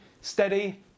Steady